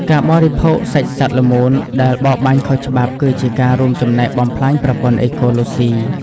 ការបរិភោគសាច់សត្វល្មូនដែលបរបាញ់ខុសច្បាប់ គឺជាការរួមចំណែកបំផ្លាញប្រព័ន្ធអេកូឡូស៊ី។